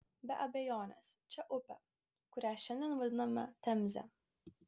be abejonės čia upė kurią šiandien vadiname temze